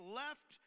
left